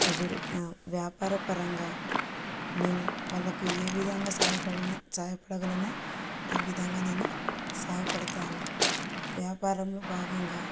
రి వ్యాపార పరంగా నేను వాళ్ళకు ఏ విధంగా సాయపడిన సాయపడగలనో ఆ విధంగా నేను సాయపడతాను వ్యాపారంలో భాగంగా